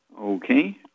Okay